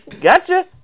gotcha